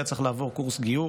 והיה צריך לעבור קורס גיור.